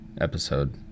episode